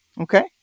Okay